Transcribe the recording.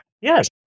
yes